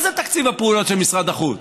מה זה תקציב הפעולות של משרד החוץ?